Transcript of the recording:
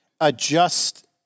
adjust